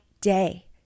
day